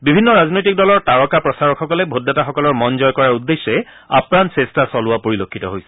বিভিন্ন ৰাজনৈতিক দলৰ তাৰকা প্ৰচাৰকসকলে ভোটদাতাসকলৰ মন জয় কৰাৰ উদ্দেশ্যে আপ্ৰাণ চেষ্টা চলোৱা পৰিলক্ষিত হৈছে